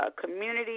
community